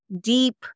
deep